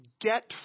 get